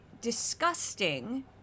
disgusting